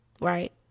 right